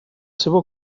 seva